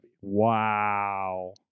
Wow